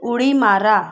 उडी मारा